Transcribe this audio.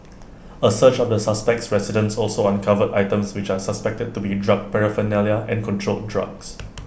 A search of the suspect's residence also uncovered items which are suspected to be drug paraphernalia and controlled drugs